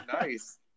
Nice